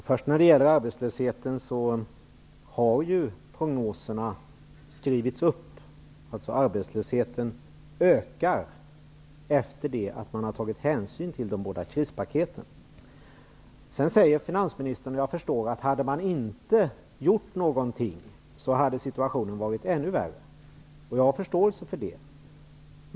Fru talman! När det gäller arbetslösheten har prognoserna skrivits upp, dvs. arbetslösheten ökar efter det att hänsyn har tagits till de båda krispaketen. Vidare säger finansministern att om inget hade gjorts hade situationen blivit ännu värre. Jag har förståelse för det.